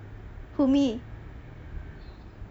who me